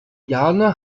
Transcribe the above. jane